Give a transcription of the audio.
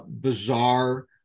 bizarre